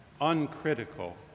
uncritical